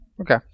Okay